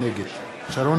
נגד יצחק